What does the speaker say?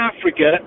Africa